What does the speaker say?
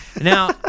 Now